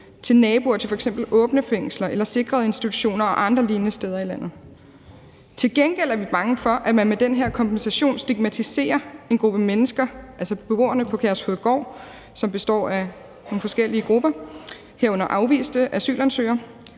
til naboer til f.eks. åbne fængsler eller sikrede institutioner og andre lignende steder i landet. Til gengæld er vi bange for, at man med den her kompensation stigmatiserer en gruppe mennesker – altså beboerne på Kærshovedgård, som består af nogle forskellige grupper, herunder afviste asylansøgere